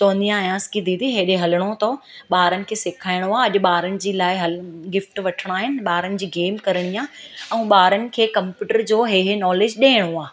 चवंदी आहियासि की दीदी हेॾे हलिणो अथव ॿारनि खे सेखारिणो आहे अॼु ॿारनि जी लाइ हल गिफ्ट वठिणा आहिनि ॿारनि जी गेम कराइणी आहे ऐं ॿारनि खे कंप्यूटर जो इहे इहे नॉलेज ॾियणो आहे